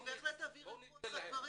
בואו ניתן לה.